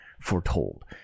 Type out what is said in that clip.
foretold